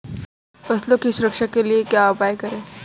फसलों की सुरक्षा करने के लिए क्या उपाय करें?